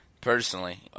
personally